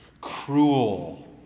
Cruel